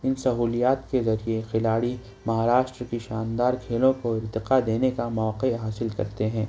ان سہولیات کے ذریعے کھلاڑی مہاراشٹر کی شاندار کھیلوں کو ارتقا دینے کا موقع حاصل کرتے ہیں